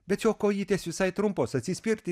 bet jo kojytės visai trumpos atsispirti